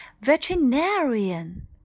veterinarian